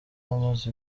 amaze